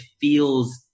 feels –